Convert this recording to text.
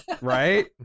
Right